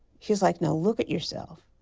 he's like, now look at yourself.